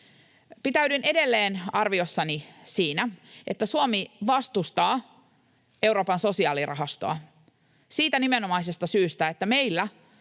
Pitäydyn edelleen arviossani siinä, että Suomi vastustaa Euroopan sosiaalirahastoa siitä nimenomaisesta syystä, että meillä